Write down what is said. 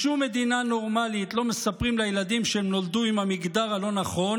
בשום מדינה נורמלית לא מספרים לילדים שהם נולדו עם המגדר הלא-נכון,